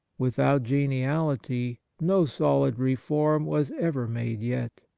without geniality no solid reform was ever made yet.